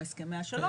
או הסכמי השלום,